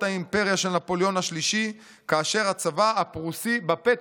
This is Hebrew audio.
האימפריה של נפוליאון השלישי כאשר הצבא הפרוסי בפתח.